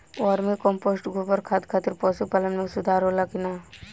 Vermi compost गोबर खाद खातिर पशु पालन में सुधार होला कि न?